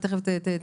והיא תכף תשלים,